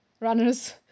runners